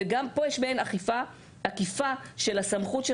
וגם פה יש מעין אכיפה עקיפה של הסמכות של